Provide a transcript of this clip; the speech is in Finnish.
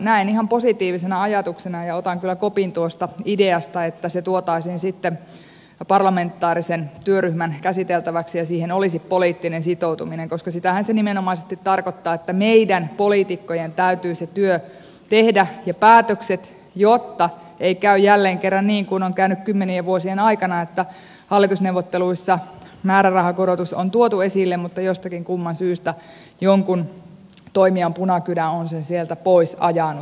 näen ihan positiivisena ajatuksena ja otan kyllä kopin tuosta ideasta että se tuotaisiin sitten parlamentaarisen työryhmän käsiteltäväksi ja siihen olisi poliittinen sitoutuminen koska sitähän se nimenomaisesti tarkoittaa että meidän poliitikkojen täytyy se työ ja päätökset tehdä jotta ei käy jälleen kerran niin kuin on käynyt kymmenien vuosien aikana että hallitusneuvotteluissa määrärahakorotus on tuotu esille mutta jostakin kumman syystä jonkun toimijan punakynä on sen sieltä pois ajanut